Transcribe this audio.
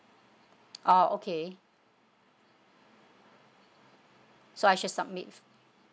oh okay so I should submit